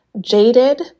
jaded